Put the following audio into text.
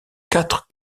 quatre